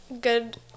good